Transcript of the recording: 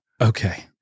okay